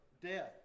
death